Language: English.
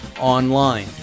online